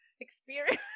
experience